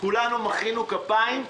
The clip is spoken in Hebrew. כולנו מחאנו כפיים,